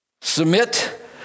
Submit